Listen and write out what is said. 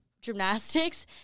gymnastics